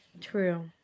true